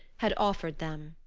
had offered them.